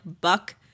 buck